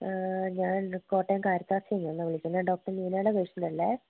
ഞാൻ കോട്ടയം കാരിത്താസിൽ നിന്നു വിളിക്കുന്നത് കേട്ടോ അപ്പോൾ ഡോക്ടർ മീനയുടെ പേഷ്യന്റ് അല്ലേ